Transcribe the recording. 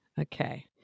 Okay